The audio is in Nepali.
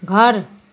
घर